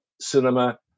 cinema